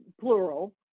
plural